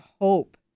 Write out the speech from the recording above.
hope